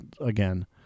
again